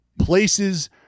places